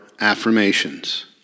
Affirmations